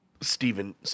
Stephen